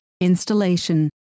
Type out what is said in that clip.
installation